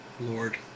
Lord